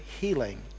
healing